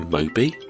Moby